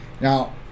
Now